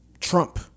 Trump